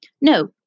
No